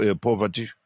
poverty